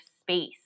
space